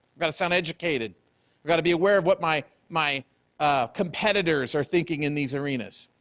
got to sound educated got to be aware of what my, my competitors are thinking in these arenas,